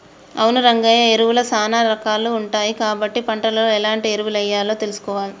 అవును రంగయ్య ఎరువులు సానా రాకాలు ఉంటాయి కాబట్టి ఏ పంటలో ఎలాంటి ఎరువులెయ్యాలో తెలుసుకోవాలి